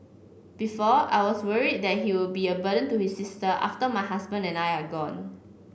before I was worried that he would be a burden to his sister after my husband and I are gone